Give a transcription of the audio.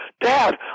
Dad